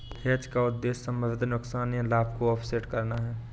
hedge का उद्देश्य संभावित नुकसान या लाभ को ऑफसेट करना है